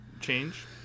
change